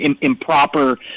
improper